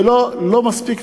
ולא מספיק,